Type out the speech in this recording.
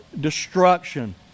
destruction